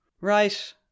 Right